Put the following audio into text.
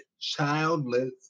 childless